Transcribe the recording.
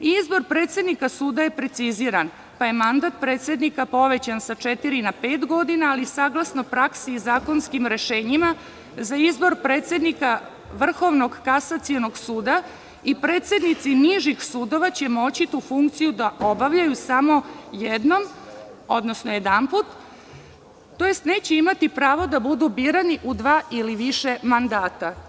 Izbor predsednika suda je preciziran, pa je mandat predsednika povećan sa četiri na pet godina, ali saglasno praksi i zakonskim rešenjima, za izbor predsednika Vrhovnog kasacionog suda i predsednici nižih sudova će moći tu funkciju da obavljaju samo jednom, odnosno jedanput, tj. neće imati pravo da budu birani u dva ili više mandata.